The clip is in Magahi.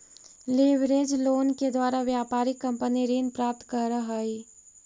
लेवरेज लोन के द्वारा व्यापारिक कंपनी ऋण प्राप्त करऽ हई